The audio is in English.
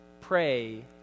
Pray